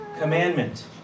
commandment